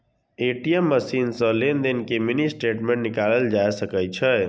ATM machine सं लेनदेन के मिनी स्टेटमेंट निकालल जा सकै छै